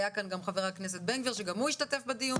היה כאן גם חבר הכנסת בן גביר שגם הוא השתתף בדיון